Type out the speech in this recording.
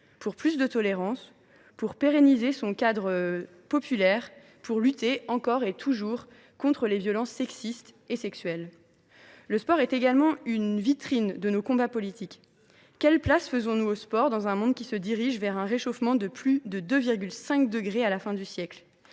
pour développer la tolérance, pour pérenniser le cadre populaire des activités sportives et pour lutter, encore et toujours, contre les violences sexistes et sexuelles. Le sport est également une vitrine de nos combats politiques. Quelle place lui faisons nous dans un monde qui se dirige vers un réchauffement de plus de 2,5 degrés à la fin du siècle ?